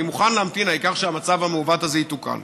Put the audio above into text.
אני מוכן להמתין, העיקר שהמצב המעוות הזה יתוקן.